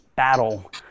battle